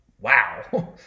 wow